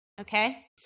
Okay